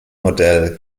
modell